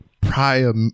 Prior